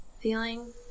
Feeling